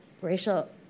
racial